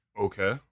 Okay